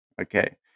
okay